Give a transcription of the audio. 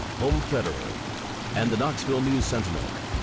home federal and the knoxville news sentinel.